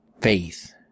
faith